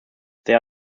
there